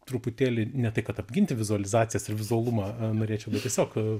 truputėlį ne tai kad apginti vizualizacijas ir vizualumą norėčiau bet tiesiog